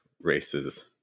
races